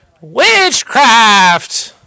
Witchcraft